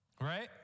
Right